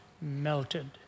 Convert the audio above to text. melted